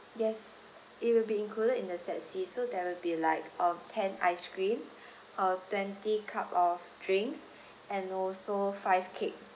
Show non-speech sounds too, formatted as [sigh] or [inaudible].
yes it will be included in the set C so there will be like um ten ice creams [breath] uh twenty cups of drinks [breath] and also five cakes